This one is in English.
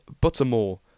Buttermore